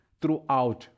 throughout